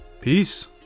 peace